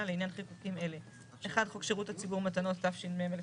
לעניין חיקוקים אלה: 1. חוק שירות הציבור מתנות תש"מ-1979.